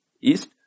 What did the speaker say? east